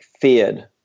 feared